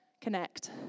connect